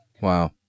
Wow